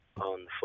on